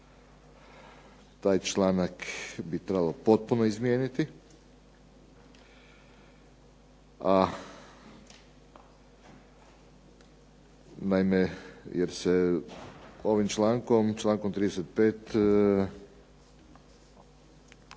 taj članak bi trebalo potpuno izmijeniti, a naime jer se ovim člankom, člankom 35.